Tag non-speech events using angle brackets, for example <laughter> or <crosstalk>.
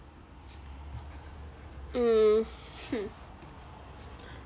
mm <laughs>